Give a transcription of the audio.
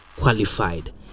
qualified